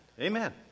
Amen